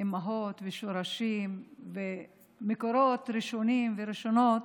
אימהות ושורשים ומקורות ראשונים וראשונות,